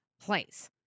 place